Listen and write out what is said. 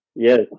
Yes